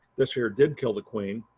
this here did kill the queen,